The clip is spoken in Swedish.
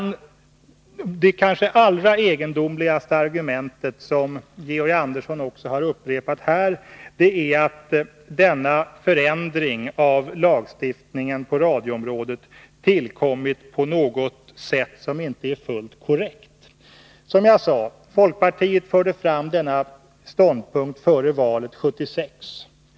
Det kanske allra egendomligaste argumentet — Georg Andersson har också upprepat det här — är att denna förändring av lagstiftningen på radioområdet tillkommit på något sätt som inte är fullt korrekt. Folkpartiet förde fram sin ståndpunkt före valet 1976.